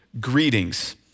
greetings